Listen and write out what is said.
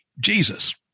Jesus